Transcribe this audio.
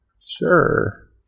sure